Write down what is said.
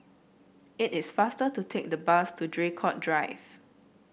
it is faster to take the bus to Draycott Drive